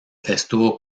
estuvo